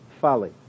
folly